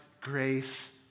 grace